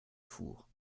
four